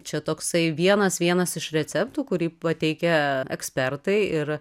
čia toksai vienas vienas iš receptų kurį pateikia ekspertai ir